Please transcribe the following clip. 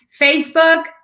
Facebook